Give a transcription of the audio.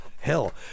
Hell